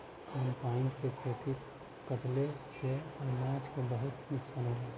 combine से खेत कटले से अनाज के बहुते नुकसान होला